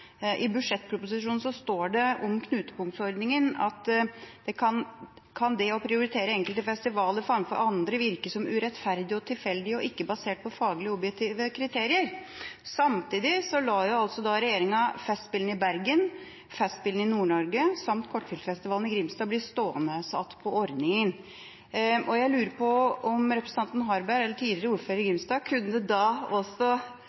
I budsjettproposisjonen står det om knutepunktordningen: «kan det å prioritere enkelte festivaler framfor andre framstå som urettferdig og tilfeldig, og ikke basert på faglige og objektive kriterier». Samtidig lar regjeringa Festspillene i Bergen, Festspillene i Nord-Norge samt Kortfilmfestivalen i Grimstad bli stående igjen på ordningen. Jeg lurer på om representanten Harberg, eller tidligere ordfører i Grimstad, kunne